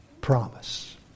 Promise